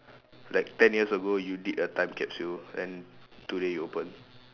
like ten years ago you did a time capsule and today you open